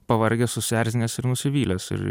pavargęs susierzinęs ir nusivylęs ir